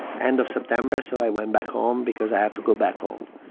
end of september. so i went back home because i had to go back home.